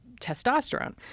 testosterone